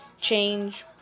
change